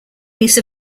piece